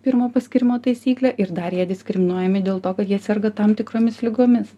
pirmo paskyrimo taisyklė ir dar jie diskriminuojami dėl to kad jie serga tam tikromis ligomis